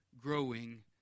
growing